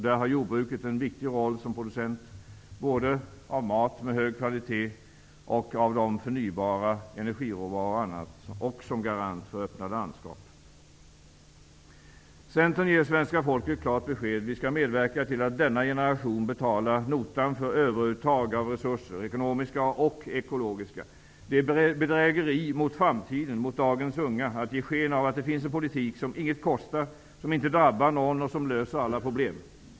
Där har jordbruket en viktig roll som producent av både mat av hög kvalitet och förnybara energiråvaror samt som garant för öppna landskap. Centern ger svenska folket klart besked: Vi skall medverka till att denna generation betalar notan för överuttag av resurser, ekonomiska och ekologiska. Det är bedrägeri mot framtiden, mot dagens unga, att ge sken av att det finns en politik som inget kostar, som inte drabbar någon och som löser alla problem.